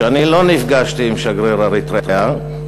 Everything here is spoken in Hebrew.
שאני לא נפגשתי עם שגריר אריתריאה,